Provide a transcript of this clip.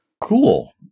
Cool